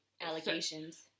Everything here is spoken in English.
allegations